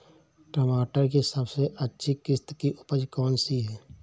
टमाटर की सबसे अच्छी किश्त की उपज कौन सी है?